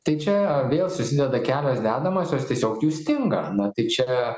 tai čia vėl susideda kelios dedamosios tiesiog jų stinga na tai čia